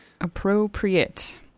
Appropriate